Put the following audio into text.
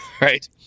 Right